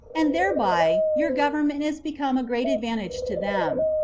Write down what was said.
and thereby your government is become a great advantage to them.